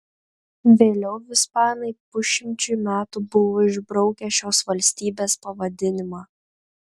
vėliau ispanai pusšimčiui metų buvo išbraukę šios valstybės pavadinimą